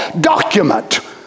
document